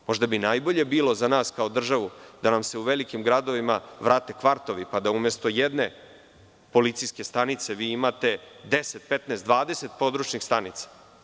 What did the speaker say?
Možda bi najbolje bilo za nas, kao državu, da nam se u velikim gradovima vrate kvartovi, pa da umesto jedne policijske stanice vi imate 10, 15, 20 područnih stanica.